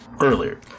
earlier